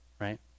right